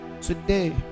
today